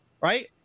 right